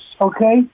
okay